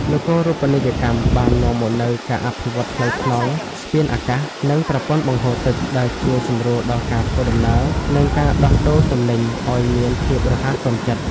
នគរូបនីយកម្មបាននាំមកនូវការអភិវឌ្ឍផ្លូវថ្នល់ ស្ពានអាកាស និងប្រព័ន្ធបង្ហូរទឹក ដែលជួយសម្រួលដល់ការធ្វើដំណើរ និងការដោះដូរទំនិញឱ្យមានភាពរហ័សទាន់ចិត្ត។